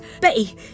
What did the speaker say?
Betty